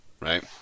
right